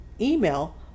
email